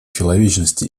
человечности